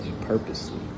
purposely